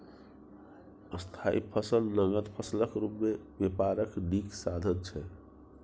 स्थायी फसल नगद फसलक रुप मे बेपारक नीक साधन छै